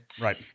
Right